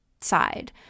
side